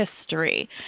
history